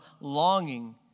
longing